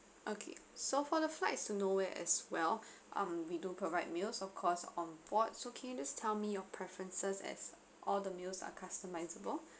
okay so for the flights to nowhere as well um we do provide meals of course onboard so can you just tell me your preferences as all the meals are customizable